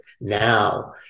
now